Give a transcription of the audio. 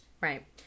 Right